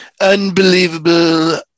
Unbelievable